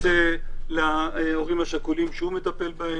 זה להורים השכולים שהוא מטפל בהם,